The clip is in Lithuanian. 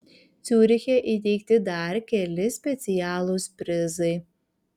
ciuriche įteikti dar keli specialūs prizai